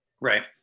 Right